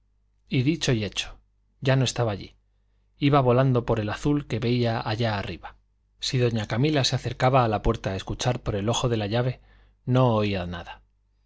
y dicho y hecho ya no estaba allí iba volando por el azul que veía allá arriba si doña camila se acercaba a la puerta a escuchar por el ojo de la llave no oía nada